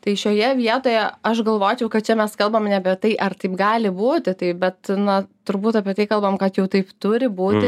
tai šioje vietoje aš galvočiau kad čia mes kalbam ne apie tai ar taip gali būti tai bet na turbūt apie tai kalbam kad jau taip turi būti